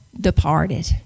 departed